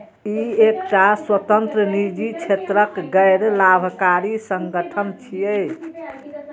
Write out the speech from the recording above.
ई एकटा स्वतंत्र, निजी क्षेत्रक गैर लाभकारी संगठन छियै